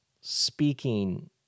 speaking